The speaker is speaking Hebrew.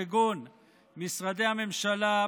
כגון משרדי ממשלה,